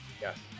Yes